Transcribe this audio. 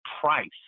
price